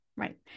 Right